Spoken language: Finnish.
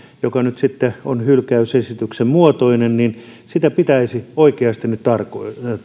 joka nyt sitten on hylkäysesityksen muotoinen pitäisi oikeasti nyt tarkoin